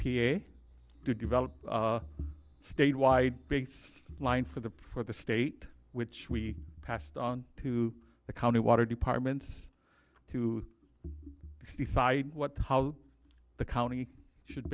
a to develop a statewide baseline for the per the state which we passed on to the county water department to decide what how the county should